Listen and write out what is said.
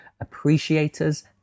appreciators